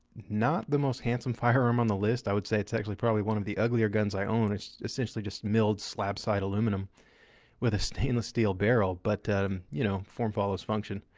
not the most handsome firearm on the list. i would say it's actually probably one of the uglier guns i own. it essentially just milled slap-side aluminum with a stainless steel barrel, but um you know, form follows function.